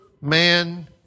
man